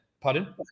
pardon